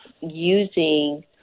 using